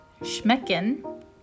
Schmecken